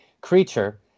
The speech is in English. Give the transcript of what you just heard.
creature